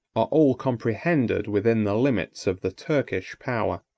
are all comprehended within the limits of the turkish power.